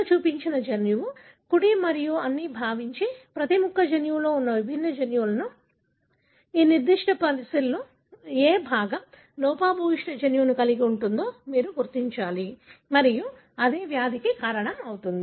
ఇక్కడ చూపినది జన్యువు కుడి మరియు అన్నీ అని భావించి ప్రతి ముక్క జన్యువులో ఉన్న విభిన్న జన్యువులు ఈ నిర్దిష్ట పజిల్లో ఏ భాగం లోపభూయిష్ట జన్యువును కలిగి ఉంటుందో మీరు గుర్తించాలి మరియు వ్యాధికి కారణమవుతుంది